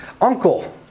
uncle